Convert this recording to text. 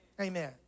Amen